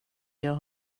jag